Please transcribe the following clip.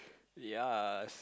yes